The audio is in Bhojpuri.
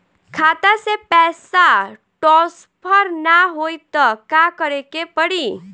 खाता से पैसा टॉसफर ना होई त का करे के पड़ी?